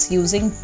using